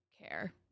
care